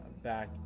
back